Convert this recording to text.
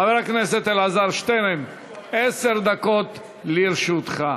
חבר הכנסת אלעזר שטרן, עשר דקות לרשותך.